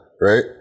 right